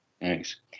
Thanks